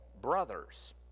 brothers